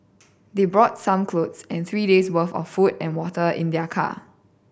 they brought some clothes and three days'worth of food and water in their car